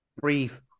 brief